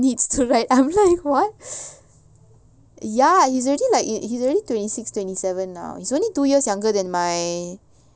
I don't know why is multiple needs to write I'm like what ya he's already like if he's already twenty six twenty seven now he is only two years younger than my